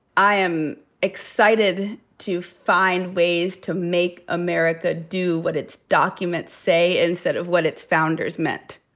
i am excited to find ways to make america do what its documents say instead of what its founders meant.